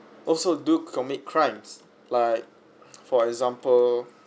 also do commit crimes like for example